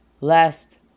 Last